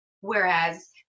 Whereas